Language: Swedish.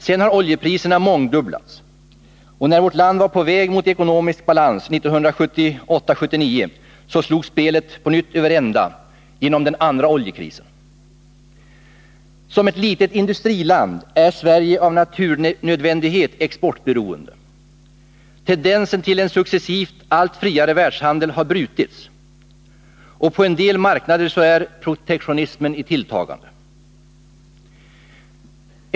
Sedan har oljepriserna mångfaldigats, och när vårt land var på väg mot ekonomisk balans 1978-1979 slogs spelet på nytt över ända genom den andra oljekrisen. Som ett litet industriland är Sverige av naturnödvändighet exportbero ende. Tendensen till en successivt allt friare världshandel har brutits, och på världsmarknaden är protektionismen i tilltagande.